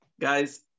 Guys